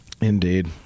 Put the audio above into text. indeed